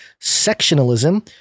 sectionalism